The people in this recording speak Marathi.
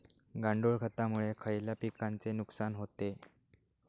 गांडूळ खतामुळे खयल्या पिकांचे नुकसान होते?